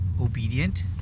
obedient